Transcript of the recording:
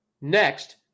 next